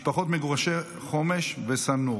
משפחות מגורשי חומש ושא-נור.